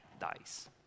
dies